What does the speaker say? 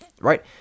right